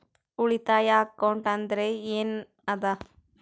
ಉಳಿತಾಯ ಅಕೌಂಟ್ ಅಂದ್ರೆ ಏನ್ ಅದ?